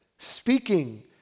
Speaking